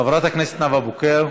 חברת הכנסת נאוה בוקר,